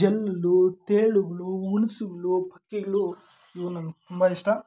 ಜಲ್ಲು ತೇಲುಗಳು ಉಣ್ಸುಗಳು ಪಕ್ಕೆಗಳು ಇವು ನನ್ಗೆ ತುಂಬ ಇಷ್ಟ